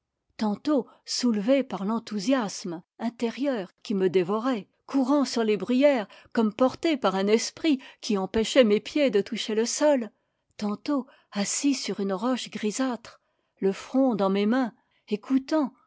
tantôt soulevé par l'enthousiasme inté rieur qui me dévorait courant sur les bruyères comme porté par un esprit qui empêchait mes pieds de toucher le sol tantôt assis sur une roche grisâtre le front dans mes mains écoutant